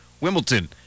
Wimbledon